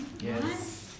Yes